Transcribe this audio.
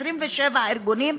27 ארגונים,